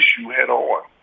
head-on